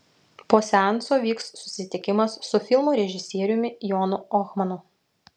po seanso vyks susitikimas su filmo režisieriumi jonu ohmanu